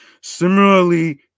similarly